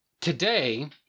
today